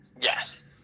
Yes